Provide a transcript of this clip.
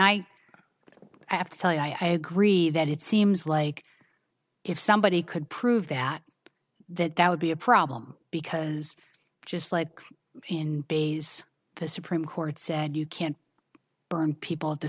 i have to tell you i agree that it seems like if somebody could prove that that that would be a problem because just like in bay's the supreme court said you can't burn people at the